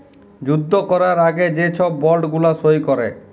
যুদ্ধ ক্যরার আগে যে ছব বল্ড গুলা সই ক্যরে